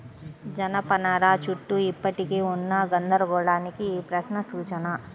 జనపనార చుట్టూ ఇప్పటికీ ఉన్న గందరగోళానికి ఈ ప్రశ్న సూచన